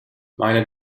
meine